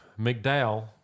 McDowell